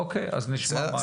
אוקיי, אז נשמע מה היא.